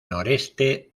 noreste